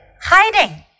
Hiding